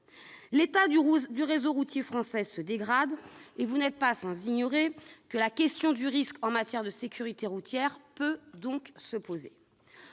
L'état du réseau routier français se dégrade, et vous n'êtes pas sans savoir que la question du risque en matière de sécurité routière peut se poser.